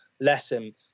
lesson